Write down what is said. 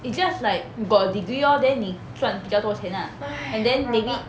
it's just like got a degree lor then 你赚比较多钱 lah and then maybe